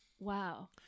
Wow